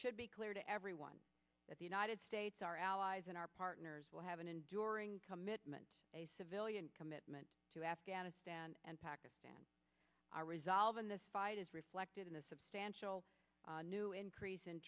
should be clear to everyone that the united states our allies and our partners will have an enduring commitment a civilian commitment to afghanistan and pakistan our resolve in this fight is reflected in the substantial new increase in